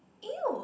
!eww!